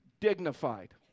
Dignified